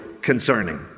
concerning